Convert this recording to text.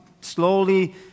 slowly